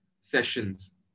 sessions